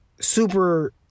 super